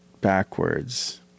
backwards